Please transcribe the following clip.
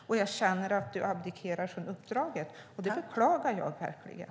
Jag känner att du abdikerar från uppdraget, och det beklagar jag verkligen.